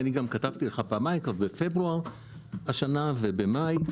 כתבתי לך פעמיים, בפברואר השנה ובמאי.